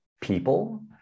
people